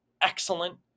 excellent